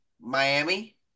Miami